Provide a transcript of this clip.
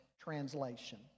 translation